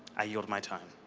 i yield my time.